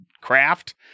craft